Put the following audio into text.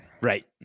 Right